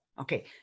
Okay